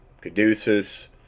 Caduceus